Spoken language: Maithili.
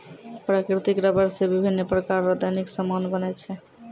प्राकृतिक रबर से बिभिन्य प्रकार रो दैनिक समान बनै छै